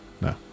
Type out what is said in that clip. No